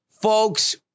folks